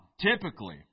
typically